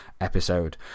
episode